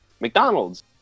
McDonald's